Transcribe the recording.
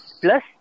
Plus